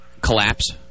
collapse